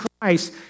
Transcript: Christ